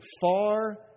far